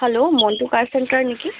hello Monto car centre নেকি